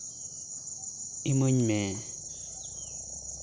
ᱤᱢᱟᱹᱧ ᱢᱮ